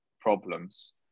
problems